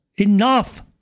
Enough